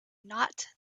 not